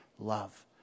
love